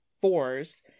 fours